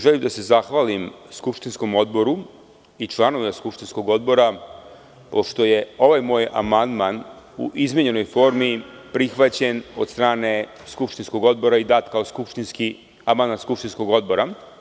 Želim da se zahvalim skupštinskom Odboru i članovima skupštinskog Odbora, pošto je ovaj moj amandman u izmenjenoj formi prihvaćen od strane skupštinskog Odbora i dat kao amandman skupštinskog Odbora.